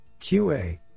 QA